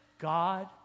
God